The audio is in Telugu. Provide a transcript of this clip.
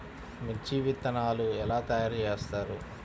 మిర్చి విత్తనాలు ఎలా తయారు చేస్తారు?